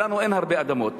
ולנו אין הרבה אדמות.